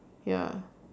ya